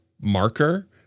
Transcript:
marker